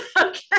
okay